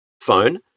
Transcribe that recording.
Phone